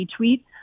retweet